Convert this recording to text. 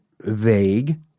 vague